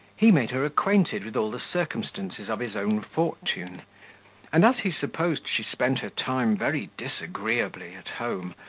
he made her acquainted with all the circumstances of his own fortune and, as he supposed she spent her time very disagreeably at home,